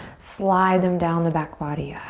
slide them down the back body.